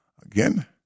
Again